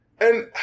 and-